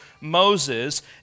Moses